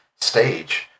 stage